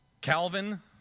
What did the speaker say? Calvin